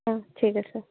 অ ঠিক আছে